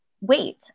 wait